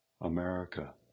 America